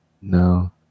No